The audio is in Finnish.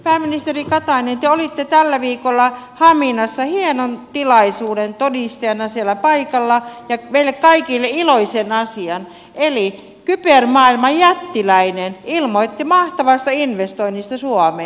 pääministeri katainen te olitte tällä viikolla haminassa hienon tilaisuuden todistajana siellä paikalla ja meille kaikille iloisen asian eli kybermaailman jättiläinen ilmoitti mahtavasta investoinnista suomeen